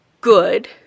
good